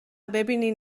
ببین